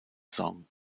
song